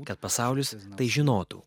kad pasaulis tai žinotų